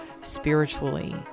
spiritually